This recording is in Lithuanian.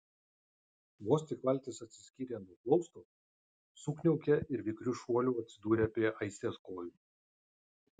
vos tik valtis atsiskyrė nuo plausto sukniaukė ir vikriu šuoliu atsidūrė prie aistės kojų